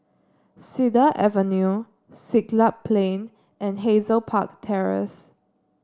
Cedar Avenue Siglap Plain and Hazel Park Terrace